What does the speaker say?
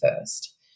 first